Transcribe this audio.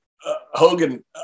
Hogan